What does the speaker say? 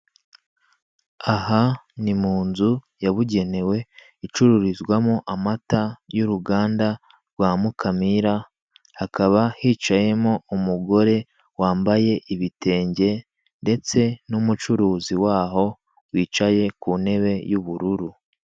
Aha ni mu nzu yabugenewe icururizwamo amata y'uruganda rwa Mukamira, hakaba hicayemo umugore wambaye ibitenge ndetse n'umucuruzi waho wicaye ku ntebe y'ubururu.